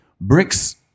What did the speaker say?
bricks